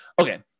okay